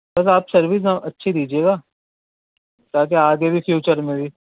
ویسے آپ سروس اچھی دیجیے گا تاکہ آگے بھی فیوچر میں بھی